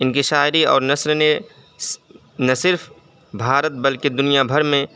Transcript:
ان کی شاعری اور نثر نے نہ صرف بھارت بلکہ دنیا بھر میں